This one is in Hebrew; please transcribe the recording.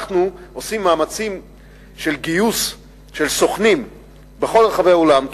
אנחנו עושים מאמצים לגייס סוכנים בכל רחבי העולם,